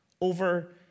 Over